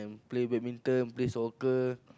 play badminton play soccer